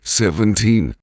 seventeen